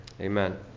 Amen